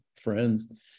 friends